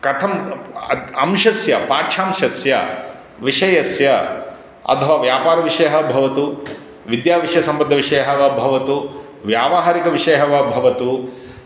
कथम् अंशस्य पाठ्यांशस्य विषयस्य अथवा व्यापारविषयः भवतु विद्याविषयसम्बद्धविषयः वा भवतु व्यावहारिकविषयः वा भवतु